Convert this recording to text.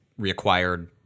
reacquired